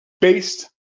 based